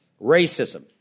Racism